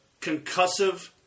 concussive